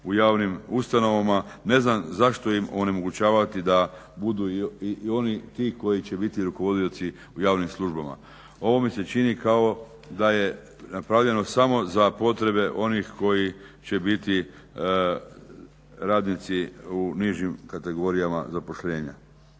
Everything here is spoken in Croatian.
u javnim ustanovama ne znam zašto im onemogućavati da budu i oni ti koji će biti rukovodioci u javnim službama. Ovo mi se čini kao da je napravljeno samo za potrebe onih koji će biti radnici u nižim kategorijama zaposlenja.